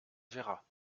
verras